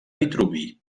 vitruvi